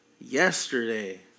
yesterday